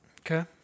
Okay